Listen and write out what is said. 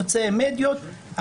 חוצה מדיות,